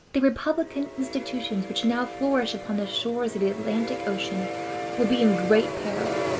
the republican institutions which now flourish upon the shores of the atlantic ocean would be in great peril.